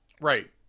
right